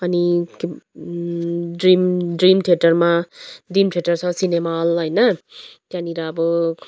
अनि dream dream थिएटरमा dream theatre छ सिनेमा हल होइन त्यहाँनिर अब